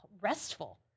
restful